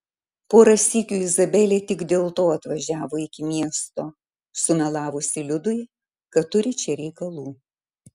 porą sykių izabelė tik dėl to atvažiavo iki miesto sumelavusi liudui kad turi čia reikalų